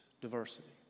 diversity